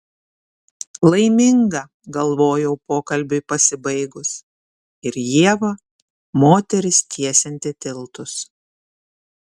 laiminga galvojau pokalbiui pasibaigus ir ieva moteris tiesianti tiltus